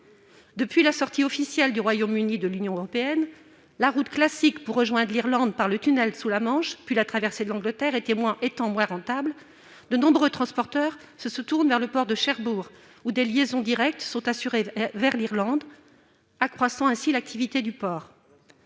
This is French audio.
Depuis la sortie officielle du Royaume-Uni de l'Union européenne, la route classique pour rejoindre l'Irlande par le tunnel sous la Manche, puis la traversée de l'Angleterre, étant moins rentables, de nombreux transporteurs se tournent vers le port de Cherbourg où des liaisons directes sont assurées vers l'Irlande, ce qui accroît l'activité du port.